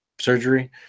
surgery